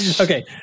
okay